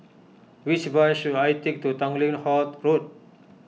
which bus should I take to Tanglin Halt Road